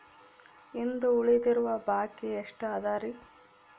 ಇಂದು ಉಳಿದಿರುವ ಬಾಕಿ ಎಷ್ಟು ಅದರಿ?